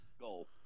Goal